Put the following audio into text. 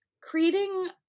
creating